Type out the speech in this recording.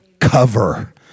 cover